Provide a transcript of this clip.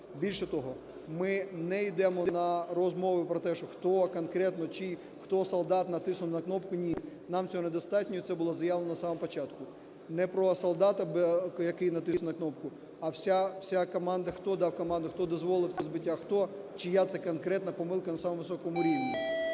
Більше того, ми не йдемо на розмови про те, що хто конкретно, чий... хто з солдат натиснув на кнопку. Ні, нам цього недостатньо, і це було заявлено з самого початку. Не про солдата, який натиснув кнопку, а вся команда, хто дав команду, хто дозволив це збиття, хто, чия це конкретно помилка на самому високому рівні.